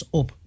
op